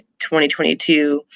2022